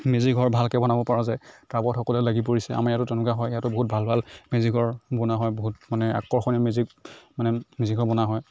মেজিঘৰ ভালকৈ বনাব পৰা যায় তাৰ ওপৰত সকলোৱে লাগি পৰিছে আমাৰ ইয়াতো তেনেকুৱা হয় ইয়াতো বহুত ভাল ভাল মেজিঘৰ বনোৱা হয় বহুত মানে আকৰ্ষণীয় মেজি মানে মেজিঘৰ বনোৱা হয়